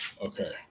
Okay